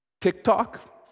TikTok